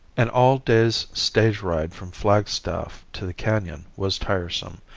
an all day's stage ride from flagstaff to the canon was tiresome,